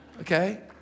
Okay